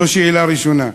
זו השאלה הראשונה.